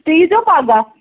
تُہۍ ییٖزیٚو پگاہ